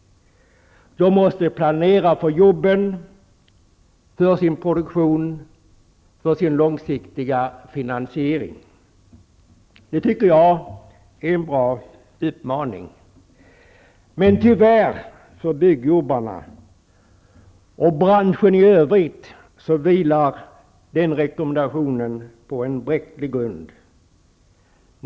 De måste kunna planera för jobben, för sin produktion, för sin långsiktiga finansiering. Det tycker jag är en bra utmaning. Tyvärr vilar den rekommendationen på en bräcklig grund med tanke på byggjobbarna och branschen i övrigt.